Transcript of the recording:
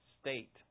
state